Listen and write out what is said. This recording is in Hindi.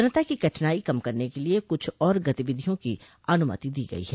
जनता की कठिनाई कम करने के लिए कुछ और गतिविधियों की अनुमति दी गई है